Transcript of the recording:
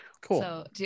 Cool